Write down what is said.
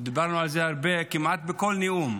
דיברנו הרבה, כמעט בכל נאום.